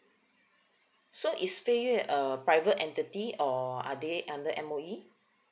so is fei yue a private entity or are they under M_O_E